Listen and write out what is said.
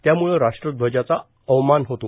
त्यामुळे राष्ट्रध्वजाचा अवमान होतो